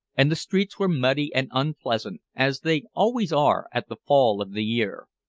and the streets were muddy and unpleasant, as they always are at the fall of the year.